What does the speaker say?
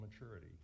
maturity